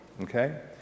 Okay